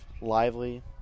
Lively